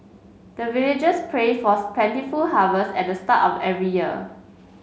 the villagers pray for plentiful harvest at the start of every year